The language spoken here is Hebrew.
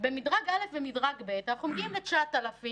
- במדרג א' ומדרג ב' אנחנו מגיעים ל-9,000.